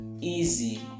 easy